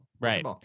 Right